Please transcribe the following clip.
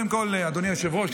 אדוני היושב-ראש,